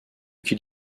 qu’il